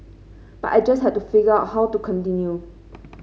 but I just had to figure out how to continue